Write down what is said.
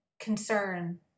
concern